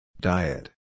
Diet